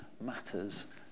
matters